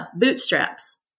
bootstraps